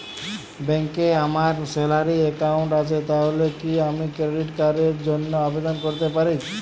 ব্যাংকে আমার salary account আছে তাহলে কি আমি ক্রেডিট কার্ড র জন্য আবেদন করতে পারি?